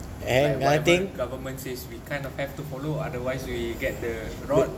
like whatever government says we kind of have to follow otherwise we get the rod